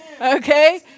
Okay